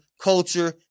culture